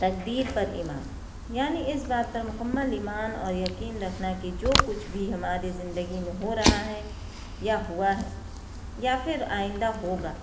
تقدیر پر ایمان یعنی اس بات پر مکمل ایمان اور یقین رکھنا کہ جو کچھ بھی ہماری زندگی میں ہو رہا ہے یا ہوا ہے یا پھر آئندہ ہوگا